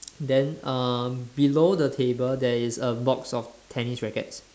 then uh below the table there is a box of tennis rackets